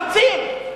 מרצים,